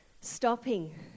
stopping